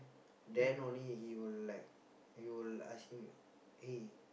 then only he will like we will ask him eh